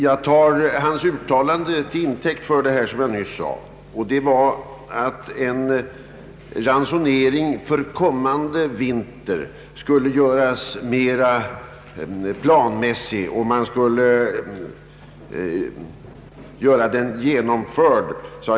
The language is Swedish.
Jag tar hans uttalande som intäkt för vad jag nyss sade, att en ransonering för kommande vinter skall göras mera planmässig.